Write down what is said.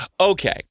okay